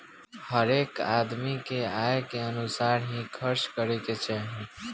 हरेक आदमी के आय के अनुसार ही खर्चा करे के चाही